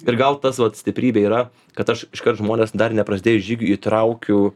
ir gal tas vat stiprybė yra kad aš iškart žmones dar neprasidėjus žygiui įtraukiu